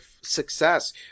success